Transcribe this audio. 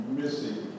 missing